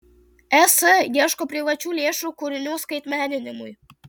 es ieško privačių lėšų kūrinių skaitmeninimui